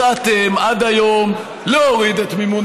לא הצעתם עד היום להוריד את מימון